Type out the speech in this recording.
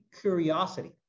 curiosity